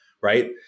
right